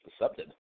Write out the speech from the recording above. accepted